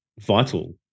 vital